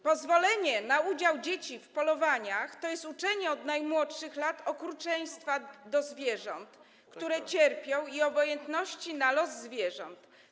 Pozwolenie na udział dzieci w polowaniach to jest uczenie ich od najmłodszych lat okrucieństwa wobec zwierząt, które cierpią, i obojętności na los zwierząt.